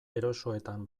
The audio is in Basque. erosoetan